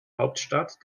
hauptstadt